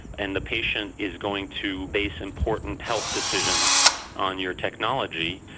and the patient is going to base important health decisions on your technology,